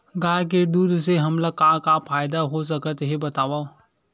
गाय के दूध से हमला का का फ़ायदा हो सकत हे बतावव?